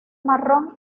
marrón